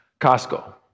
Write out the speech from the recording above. Costco